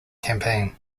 campaign